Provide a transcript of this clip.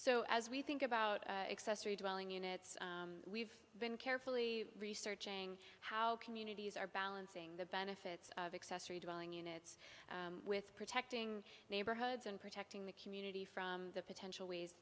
so as we think about accessory dwelling units we've been carefully researching how communities are balancing the benefits of accessory dwelling units with protecting neighborhoods and protests in the community from the potential ways